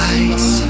Lights